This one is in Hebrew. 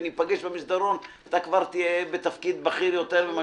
וניפגש במסדרון אתה כבר תהיה בתפקיד בכיר יותר,